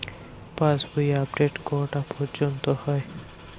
পাশ বই আপডেট কটা পর্যন্ত হয়?